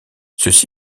ceci